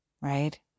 right